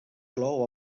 clou